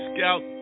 Scout